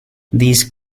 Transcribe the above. these